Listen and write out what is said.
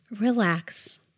relax